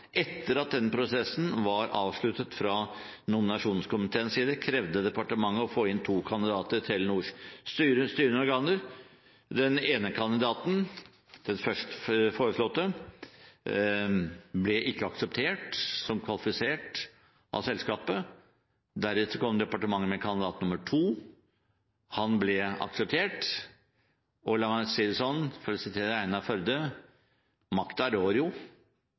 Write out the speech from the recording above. Etter at denne prosessen var avsluttet fra nominasjonskomiteens side, krevde departementet å få inn to kandidater i Telenors styrende organer. Den ene kandidaten, den først foreslåtte, ble ikke akseptert som kvalifisert av selskapet. Deretter kom departementet med kandidat nr. 2. Han ble akseptert. La meg si det sånn, for å sitere